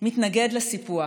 מתנגד לסיפוח: